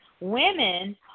women